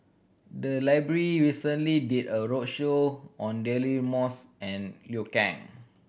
the library recently did a roadshow on Daily Moss and Liu Kang